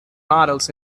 models